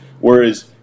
Whereas